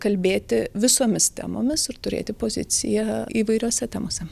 kalbėti visomis temomis ir turėti poziciją įvairiose temose